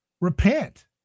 Repent